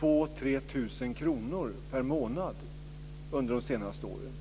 kanske 2 000-3 000 kr per månad under de senaste åren.